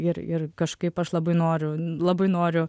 ir ir kažkaip aš labai noriu labai noriu